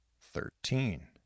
thirteen